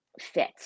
fit